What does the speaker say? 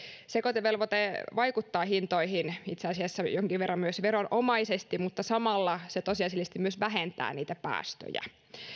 sekoitevelvoite vaikuttaa hintoihin itse asiassa jonkin verran myös veronomaisesti mutta samalla se tosiasiallisesti myös vähentää päästöjä